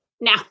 Now